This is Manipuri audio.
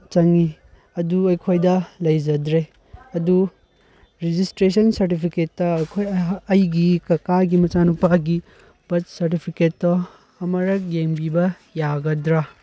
ꯆꯪꯏ ꯑꯗꯨ ꯑꯩꯈꯣꯏꯗ ꯂꯩꯖꯗ꯭ꯔꯦ ꯑꯗꯨ ꯔꯦꯖꯤꯁꯇ꯭ꯔꯦꯁꯟ ꯁꯥꯔꯇꯤꯐꯤꯀꯦꯠꯇ ꯑꯩꯈꯣꯏ ꯑꯩꯍꯥꯛ ꯑꯩꯒꯤ ꯀꯥꯀꯥꯒꯤ ꯃꯆꯥ ꯅꯨꯄꯥꯒꯤ ꯕꯥꯔꯠ ꯁꯥꯔꯇꯤꯐꯤꯀꯦꯠꯇꯣ ꯑꯃꯔꯛ ꯌꯦꯡꯕꯤꯕ ꯌꯥꯒꯗ꯭ꯔꯥ